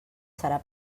serà